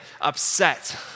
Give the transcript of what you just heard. upset